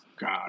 God